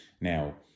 Now